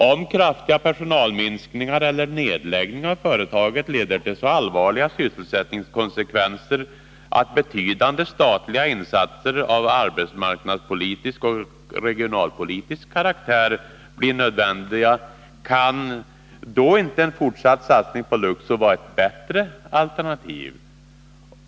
Om kraftiga personalminskningar eller nedläggning av företaget leder till så allvarliga sysselsättningskonsekvenser att betydande statliga insatser av arbetsmarknadspolitisk och regionalpolitisk karaktär blir nödvändiga, kan då inte en fortsatt satsning på Luxor vara ett bättre alternativ?